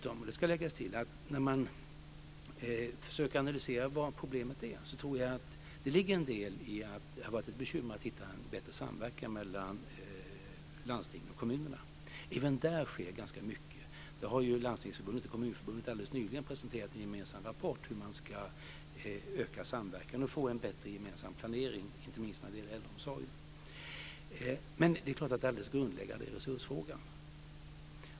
Om vi försöker analysera vad problemet är tror jag dessutom, det ska läggas till, att det ligger en del i att det har varit ett bekymmer att hitta en bättre samverkan mellan landstingen och kommunerna. Även där sker ganska mycket. Landstingsförbundet och Kommunförbundet har alldeles nyligen presenterat en gemensam rapport om hur man ska öka samverkan och få en bättre gemensam planering, inte minst när det gäller äldreomsorgen. Det är dock klart att det alldeles grundläggande är resursfrågan.